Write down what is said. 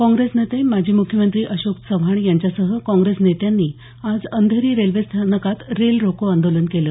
काँग्रेस नेते माजी मुख्यमंत्री अशोक चव्हाण यांच्यासह काँग्रेस नेत्यांनी आज अंधेरी रेल्वेस्थानकात रेल रोको आंदोलन केलं